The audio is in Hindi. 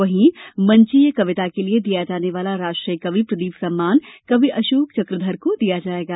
वहीं मंचीय कविता के लिए दिया जाने वाला राष्ट्रीय कवि प्रदीप सम्मान कवि अशोक चक्रधर को दिया जाएगा